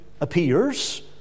appears